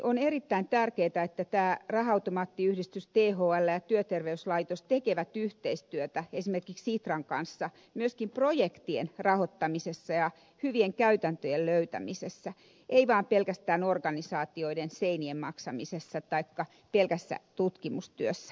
on erittäin tärkeätä että raha automaattiyhdistys thl ja työterveyslaitos tekevät yhteistyötä esimerkiksi sitran kanssa myöskin projektien rahoittamisessa ja hyvien käytäntöjen löytämisessä eivät pelkästään organisaatioiden seinien maksamisessa taikka pelkässä tutkimustyössä